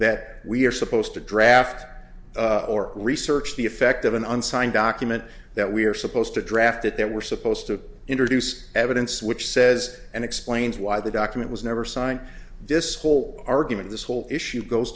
that we are supposed to draft or research the effect of an unsigned document that we are supposed to draft that there were supposed to introduce evidence which says and explains why the document was never signed this will argument this whole issue goes